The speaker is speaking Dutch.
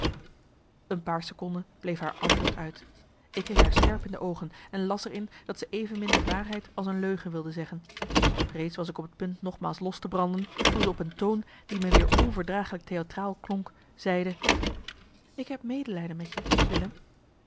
een paar seconden bleef haar antwoord uit ik keek haar scherp in de oogen en las er in dat ze evenmin de waarheid als een leugen wilde zeggen reeds was ik op het punt nogmaals los te branden toen ze op een toon die me weer onverdraaglijk theatraal klonk zeide ik heb medelijden met je willem